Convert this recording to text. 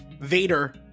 Vader